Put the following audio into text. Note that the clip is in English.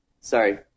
sorry